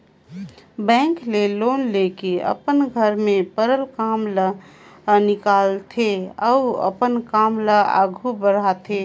bank ले loan लेके अपन घर में परल काम ल निकालथे अउ अपन काम ल आघु बढ़ाथे